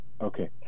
Okay